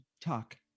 Talk